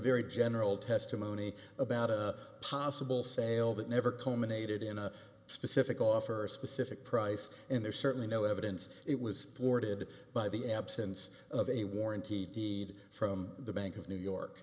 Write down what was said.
very general testimony about a possible sale that never culminated in a specific offer a specific price and there's certainly no evidence it was thwarted by the absence of a warranty deed from the bank of new york